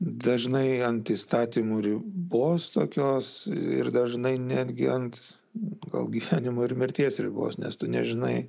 dažnai ant įstatymų ribos tokios ir dažnai netgi ant gal gyvenimo ir mirties ribos nes tu nežinai